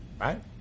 Right